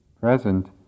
present